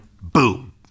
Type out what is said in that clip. boom